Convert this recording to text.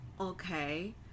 okay